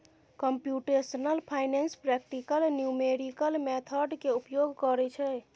computational finance practical numerical method के उपयोग करइ छइ